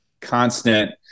constant